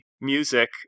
music